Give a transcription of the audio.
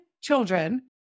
children